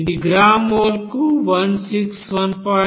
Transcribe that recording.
ఇది గ్రాము మోల్కు 161